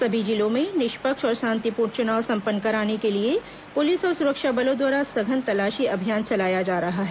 सभी जिलों में निष्पक्ष और शांतिपूर्ण चुनाव संपन्न कराने के लिए पुलिस और सुरक्षा बलों द्वारा सघन तलाशी अभियान चलाया जा रहा है